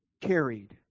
carried